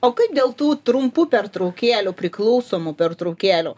o kaip dėl tų trumpų pertraukėlių priklausomų pertraukėlių